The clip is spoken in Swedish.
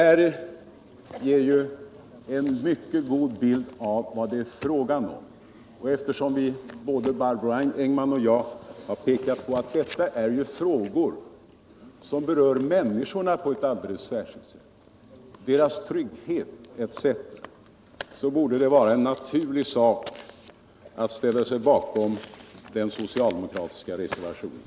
Detta ger en mycket god bild av vad det är fråga om, och eftersom både Barbro Engman och jag har pekat på att detta är frågor som berör människorna på ett alldeles särskilt sätt — deras trygghet etc. — borde det vara en naturlig sak att ställa sig bakom den socialdemokratiska reservationen.